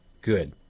good